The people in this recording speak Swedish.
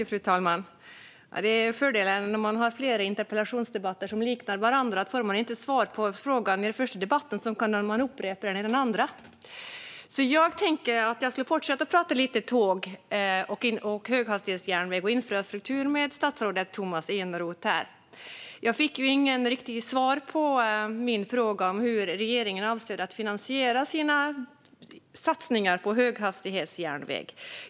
Fru talman! Fördelen när man har flera interpellationsdebatter som liknar varandra är att om man inte får svar på frågan i den första debatten kan man upprepa den i de andra. Jag tänker fortsätta att tala lite grann om tåg, höghastighetståg och infrastruktur med statsrådet Tomas Eneroth här. Jag fick inget riktigt svar på min fråga om hur regeringen avser att finansiera sina satsningar på höghastighetsjärnväg.